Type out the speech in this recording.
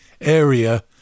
area